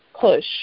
push